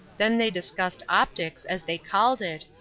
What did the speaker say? then they discussed optics, as they called it,